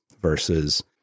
versus